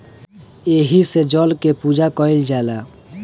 एही से जल के पूजा कईल जाला